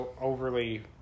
overly